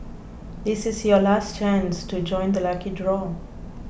this is your last chance to join the lucky draw